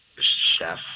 chef